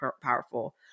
powerful